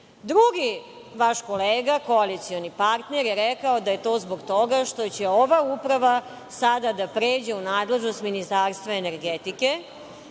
Drugi vaš kolega, koalicioni partner, je rekao da je to zbog toga što će ova uprava sada da pređe u nadležnost Ministarstva energetike.